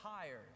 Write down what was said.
tired